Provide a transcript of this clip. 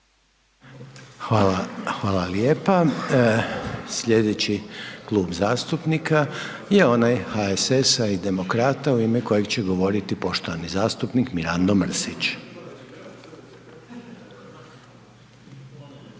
Hvala lijepa. Sljedeći klub zastupnika je onaj HSS-a i Demokrata u ime kojeg će govoriti poštovani zastupnik Mirando Mrsić.